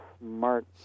smart